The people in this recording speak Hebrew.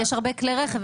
יש הרבה כלי רכב,